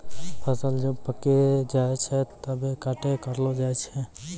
फसल जब पाक्की जाय छै तबै कटाई करलो जाय छै